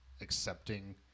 accepting